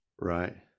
Right